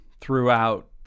throughout